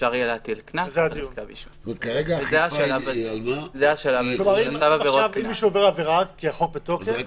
שאפשר יהיה להטיל קנס --- אם מישהו עובר עבירה והחוק בתוקף,